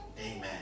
Amen